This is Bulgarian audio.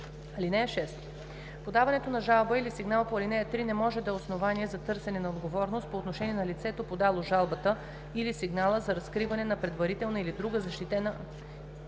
9: „(6) Подаването на жалба или сигнал по ал. 3 не може да е основание за търсене на отговорност по отношение на лицето, подало жалбата или сигнала, за разкриване на поверителна или друга защитена